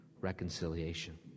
reconciliation